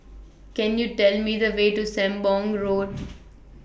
Can YOU Tell Me The Way to Sembong Road